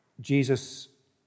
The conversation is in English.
Jesus